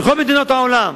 מכל מדינות העולם